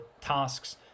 tasks